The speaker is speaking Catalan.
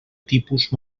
tipus